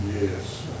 Yes